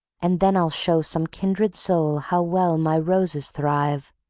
and then i'll show some kindred soul how well my roses thrive